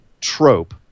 trope